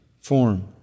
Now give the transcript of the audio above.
form